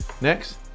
Next